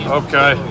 okay